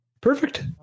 Perfect